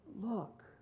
look